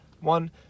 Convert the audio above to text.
One